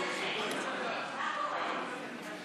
לוועדה שתקבע